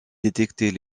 détecter